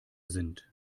sind